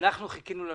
אנחנו חיכינו לנוהל.